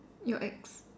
your ex